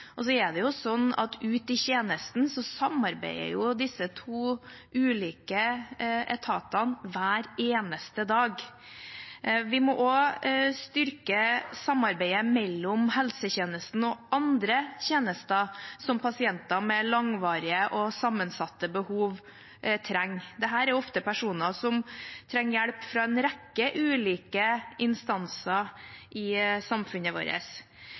og så er det jo slik at ute i tjenesten samarbeider disse to ulike etatene hver eneste dag. Vi må også styrke samarbeidet mellom helsetjenesten og andre tjenester som pasienter med langvarige og sammensatte behov trenger. Dette er ofte personer som trenger hjelp fra en rekke ulike instanser i samfunnet vårt.